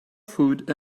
food